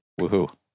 Woohoo